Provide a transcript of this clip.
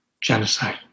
genocide